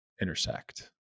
intersect